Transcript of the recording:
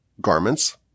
garments